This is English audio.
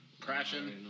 crashing